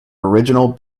original